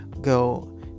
go